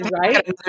right